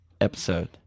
episode